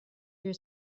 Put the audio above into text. your